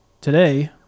today